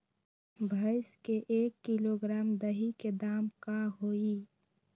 भैस के एक किलोग्राम दही के दाम का होई?